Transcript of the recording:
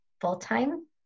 full-time